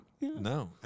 No